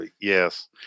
Yes